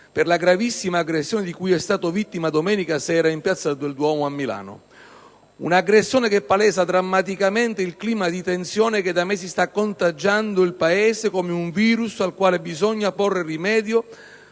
per la gravissima aggressione di cui è stato vittima domenica sera in piazza del Duomo a Milano. Un'aggressione che palesa drammaticamente il clima di tensione che da mesi sta contagiando il Paese come un virus al quale bisogna porre rimedio